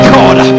God